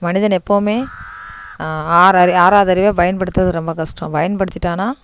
மனிதன் எப்போவுமே ஆறு ஆ ஆறாவது அறிவை பயன்படுத்துகிறது ரொம்ப கஷ்டம் பயன்படுத்திட்டானா